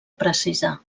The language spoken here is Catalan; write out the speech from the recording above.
precisar